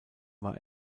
war